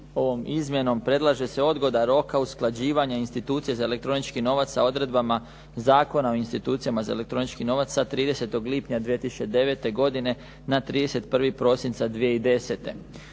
ovom izmjenom predlaže se odgoda roka usklađivanja institucija za elektronički novac sa odredbama Zakona o institucijama za elektronički novac sa 30. lipnja 2009. godine na 31. prosinca 2010.